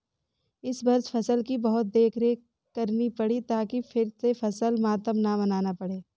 इस वर्ष फसल की बहुत देखरेख करनी पड़ी ताकि फिर से फसल मातम न मनाना पड़े